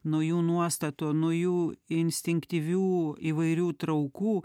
nuo jų nuostatų nuo jų instinktyvių įvairių traukų